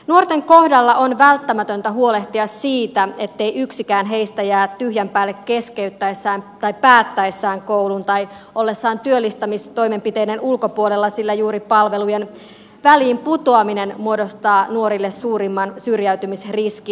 nuorten kohdalla on välttämätöntä huolehtia siitä ettei yksikään heistä jää tyhjän päälle keskeyttäessään tai päättäessään koulun tai ollessaan työllistämistoimenpiteiden ulkopuolella sillä juuri palvelujen väliin putoaminen muodostaa nuorille suurimman syrjäytymisriskin